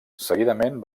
seguidament